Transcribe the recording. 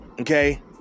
Okay